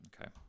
Okay